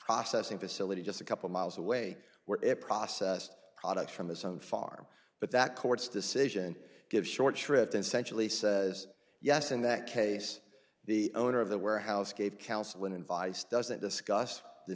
processing facility just a couple miles away where it processed products from his own farm but that court's decision give short shrift in sensually says yes in that case the owner of the warehouse gave counsel and advice doesn't discuss the